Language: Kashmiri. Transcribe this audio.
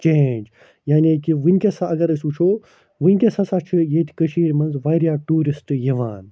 چینٛج یعنی کہ وُنٛکیٚس ہسا اگر أسۍ وُچھو وُنٛکیٚس ہَسا چھُ ییٚتہِ کٔشیٖرِ مَنٛز واریاہ ٹیٛوٗرِسٹہٕ یِوان